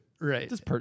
Right